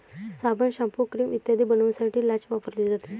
साबण, shampoo, cream इत्यादी बनवण्यासाठी लाच वापरली जाते